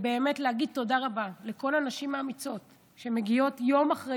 באמת להגיד תודה רבה לכל הנשים האמיצות שמגיעות יום אחרי